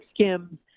Skim